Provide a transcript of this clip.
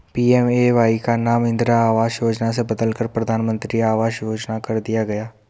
PMAY का नाम इंदिरा आवास योजना से बदलकर प्रधानमंत्री आवास योजना कर दिया गया